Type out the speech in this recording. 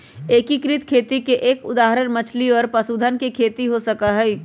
एकीकृत खेती के एक उदाहरण मछली और पशुधन के खेती हो सका हई